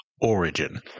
origin